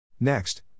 Next